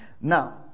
Now